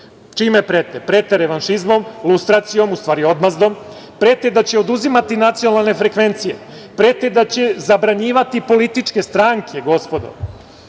Čime prete? Prete revanšizmom, lustracijom, u stvari odmazdom, prete da će oduzimati nacionalne frekvencije, prete da će zabranjivati političke stranke gospodo.